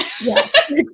Yes